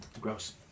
Gross